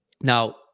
Now